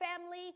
family